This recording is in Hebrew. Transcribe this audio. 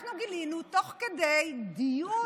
אנחנו גילינו, תוך כדי דיון,